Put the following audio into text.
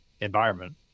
environment